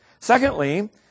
Secondly